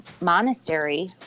monastery